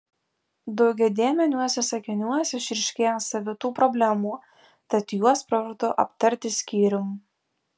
daugiadėmeniuose sakiniuose išryškėja savitų problemų tad juos pravartu aptarti skyrium